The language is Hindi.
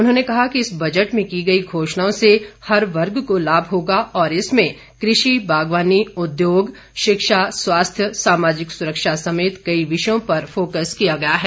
उन्होंने कहा कि इस बजट में की गई घोषणाओं से हर वर्ग को लाभ होगा और इसमें कृषि बागवानी उद्योग शिक्षा स्वास्थ्य सामाजिक सुरक्षा समेत कई विषयों पर फोकस किया गया है